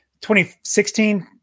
2016